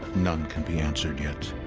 none can be answered yet.